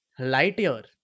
Lightyear